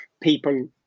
people